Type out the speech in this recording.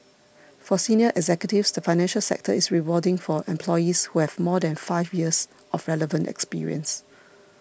for senior executives the financial sector is rewarding for employees who have more than five years of relevant experience